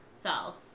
self